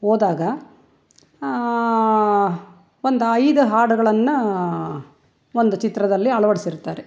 ಹೋದಾಗ ಒಂದು ಐದು ಹಾಡಗಳನ್ನ ಒಂದು ಚಿತ್ರದಲ್ಲಿ ಅಳವಡಿಸಿರ್ತಾರೆ